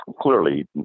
Clearly